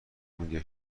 میگه